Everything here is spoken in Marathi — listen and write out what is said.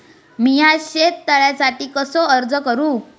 मीया शेत तळ्यासाठी कसो अर्ज करू?